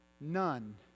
none